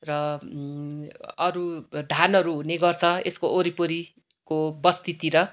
र अरू धानहरू हुने गर्छ यसको वरिपरीको बस्तीतिर